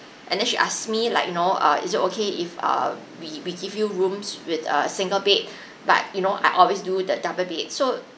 and then she asks me like you know uh is it okay if uh we we give you rooms with a single bed but you know I always do the double bed so